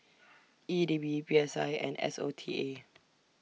E D B P S I and S O T A